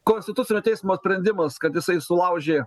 konstitucinio teismo sprendimas kad jisai sulaužė